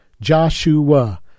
Joshua